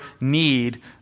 need